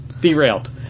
Derailed